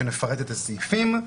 כשנפרט את הסעיפים.